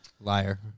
Liar